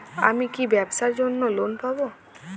আমি কি ব্যবসার জন্য লোন পাব?